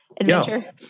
adventure